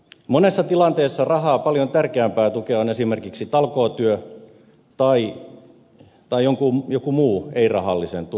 monessa tilanteessa rahaa paljon tärkeämpää tukea on esimerkiksi talkootyö tai joku muu ei rahallisen tuen muoto